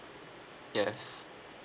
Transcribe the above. yes